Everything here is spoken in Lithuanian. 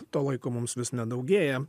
to laiko mums vis nedaugėja